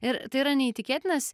ir tai yra neįtikėtinas